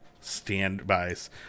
standbys